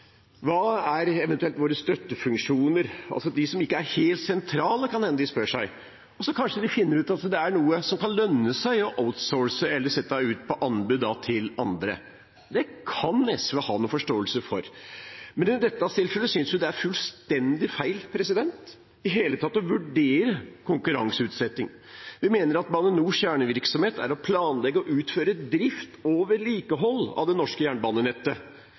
Hva er eventuelt våre støttefunksjoner, altså de som ikke er helt sentrale, kan det hende de spør seg. Og så finner de kanskje ut at det er noe som kan lønne seg å outsource eller sette ut på anbud til andre. Det kan SV ha noe forståelse for. Men i dette tilfellet synes vi det er fullstendig feil i det hele tatt å vurdere konkurranseutsetting. Vi mener at Bane NORs kjernevirksomhet er å planlegge og utføre drift og vedlikehold av det norske jernbanenettet,